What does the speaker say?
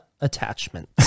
attachment